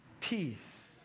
peace